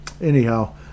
Anyhow